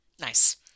Nice